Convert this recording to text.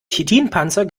chitinpanzer